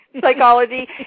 Psychology